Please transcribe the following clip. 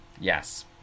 Yes